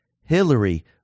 Hillary